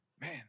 Man